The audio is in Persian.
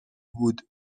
بود